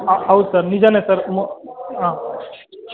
ಹಾಂ ಹೌದು ಸರ್ ನಿಜಾನೇ ಸರ್ ಮ ಹಾಂ